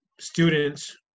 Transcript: students